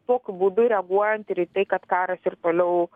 tokiu būdu reaguojant ir į tai kad karas ir toliau